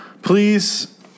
please